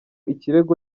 ikirego